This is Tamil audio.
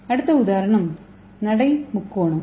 அடுத்த உதாரணம் நடை முக்கோணம்